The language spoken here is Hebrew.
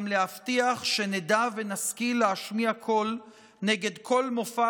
גם להבטיח שנדע להשכיל ולהשמיע קול נגד כל מופע